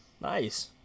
Nice